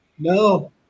No